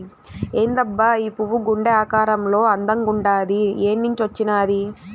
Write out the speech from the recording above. ఏందబ్బా ఈ పువ్వు గుండె ఆకారంలో అందంగుండాది ఏన్నించొచ్చినాది